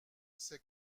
c’est